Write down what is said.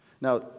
Now